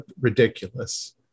ridiculous